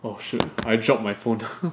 oh shoot I dropped my phone